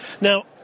Now